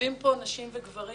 יושבים פה נשים וגברים